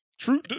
true